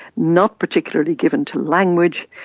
not particularly given to language,